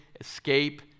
escape